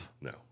No